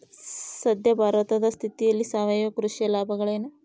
ಸದ್ಯ ಭಾರತದ ಸ್ಥಿತಿಯಲ್ಲಿ ಸಾವಯವ ಕೃಷಿಯ ಲಾಭಗಳೇನು?